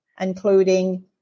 including